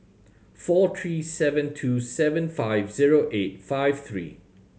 four three seven two seven five zero eight five three